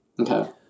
Okay